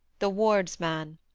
the ward's man.